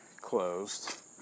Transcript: closed